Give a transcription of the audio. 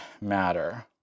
matter